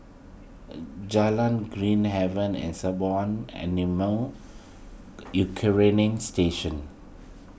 Jalan Green Haven and Sembawang Animal U Quarantine Station